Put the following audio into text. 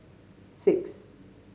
six